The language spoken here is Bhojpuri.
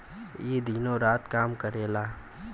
ई दिनो रात काम करेला